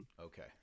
Okay